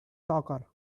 soccer